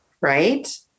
right